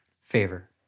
favor